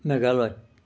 Meghalaya